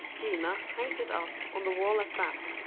gina hangs it up on the wall at back.